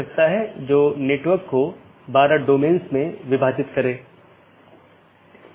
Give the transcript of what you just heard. इसका मतलब है BGP कनेक्शन के लिए सभी संसाधनों को पुनःआवंटन किया जाता है